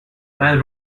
man